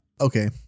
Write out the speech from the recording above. Okay